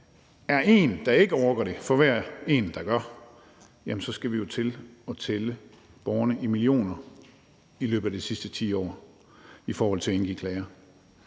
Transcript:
er én, der ikke orker det, for hver én, der gør, jamen så skal vi jo tælle de borgere i millioner i løbet af de sidste 10 år i forhold til at indgive klager.